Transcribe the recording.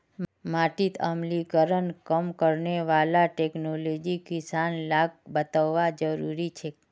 माटीत अम्लीकरण कम करने वाला टेक्नोलॉजी किसान लाक बतौव्वा जरुरी छेक